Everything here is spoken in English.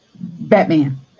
Batman